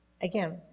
Again